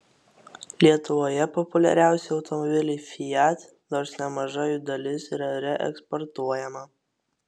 lietuvoje populiariausi automobiliai fiat nors nemaža jų dalis yra reeksportuojama